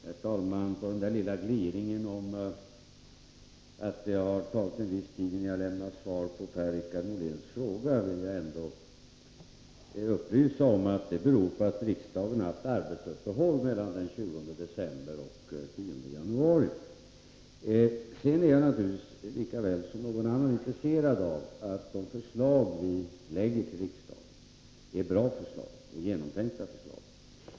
Herr talman! Som kommentar till den lilla gliringen om att det tagit en viss tid innan jag lämnat svar på Per-Richard Moléns fråga, vill jag upplysa om att det beror på att riksdagen har haft arbetsuppehåll mellan den 20 december och den 10 januari. Sedan är jag naturligtvis, lika väl som någon annan, intresserad av att de förslag som vi lägger fram för riksdagen är bra och genomtänkta.